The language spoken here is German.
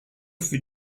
für